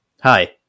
hi